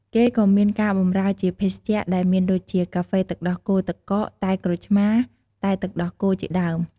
គេក៍មានការបម្រើ ជាភេសជ្ជៈ ដែលមានដូចជា កាហ្វេទឹកដោះគោទឹកកក តែក្រូចឆ្មារ តែទឹកដោះគោ ជាដើម។